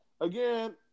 again